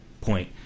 point